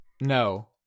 No